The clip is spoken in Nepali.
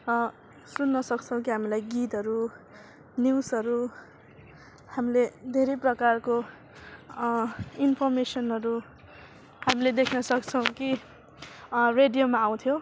सुन्न सक्छौँ कि हामीलाई गीतहरू न्युजहरू हामीले धेरै प्रकारको इन्फर्मेसनहरू हामीले देख्न सक्छौँ कि रेडियोमा आउँथ्यो